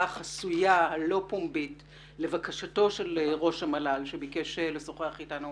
החסויה הלא פומבית לבקשתו של ראש המל"ל שביקש לשוחח אתנו